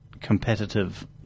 competitive